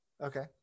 Okay